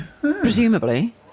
Presumably